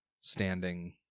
standing